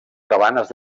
cabanes